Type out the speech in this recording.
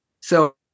So-